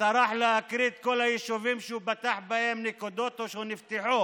וטרח להקריא את כל היישובים שהוא פתח בהם נקודות או שנפתחו